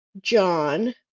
John